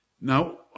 Now